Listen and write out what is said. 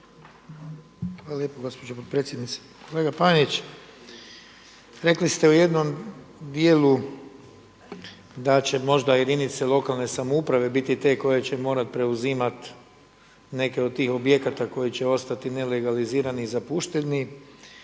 Hvala lijepo gospođo potpredsjednice. Kolega Panenić rekli ste u jednom dijelu da ćemo možda jedinice lokalne samouprave biti te koje će morati preuzimati neke od tih objekata koji će ostati nelegalizirani i zapušteni.